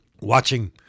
watching